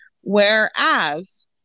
Whereas